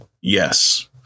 yes